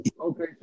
Okay